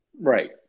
right